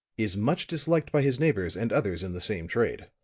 is much disliked by his neighbors and others in the same trade.